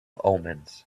omens